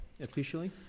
officially